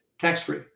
tax-free